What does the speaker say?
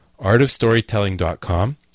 artofstorytelling.com